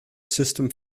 system